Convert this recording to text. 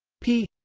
p,